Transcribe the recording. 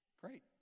Great